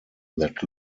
that